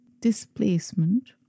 displacement